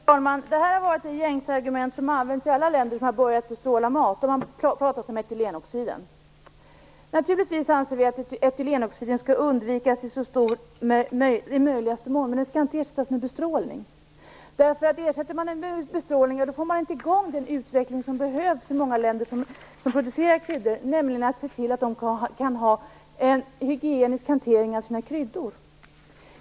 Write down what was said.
Fru talman! Det här har varit det gängse argumentet. I varje land som har börjat med bestrålning av mat har man pratat om etylenoxid. Naturligtvis anser vi att etylenoxid skall undvikas i möjligaste mån. Men den skall inte ersättas med bestrålning. Gör man det får man inte i gång den utveckling som behövs i många länder som producerar kryddor. Vi behöver se till att de får en hygienisk hantering av sina kryddor.